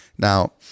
Now